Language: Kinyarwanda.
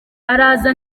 araza